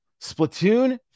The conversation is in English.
Splatoon